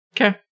Okay